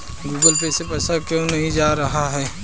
Google Pay से पैसा क्यों नहीं जा रहा है?